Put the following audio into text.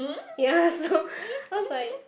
ya so I was like